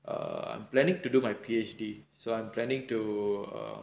I'm planning to do my P_H_D so I'm planning to